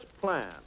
plan